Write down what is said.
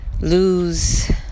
lose